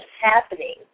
happening